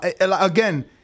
again